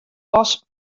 pas